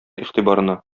игътибарына